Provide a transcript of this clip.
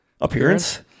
Appearance